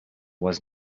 was